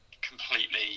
completely